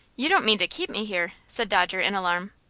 you don't mean to keep me here? said dodger, in alarm.